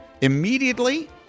immediately